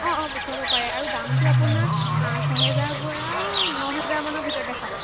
অঁ অঁ পঠিয়াব পাৰে আৰু দামটো আপোনাৰ ছহেজাৰৰ পৰা নহেজাৰৰ ভিতৰত দেখাব